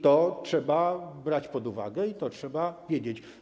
Trzeba to brać pod uwagę, i to trzeba wiedzieć.